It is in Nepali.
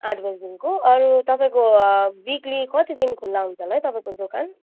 आठ बजीदेखिकोको अरू तपाईको विकली कति दिन खुल्ला हुन्छ होला है तपाईँको दोकान